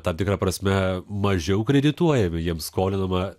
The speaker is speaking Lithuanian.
tam tikra prasme mažiau kredituojami jiems skolinama